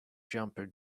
jumper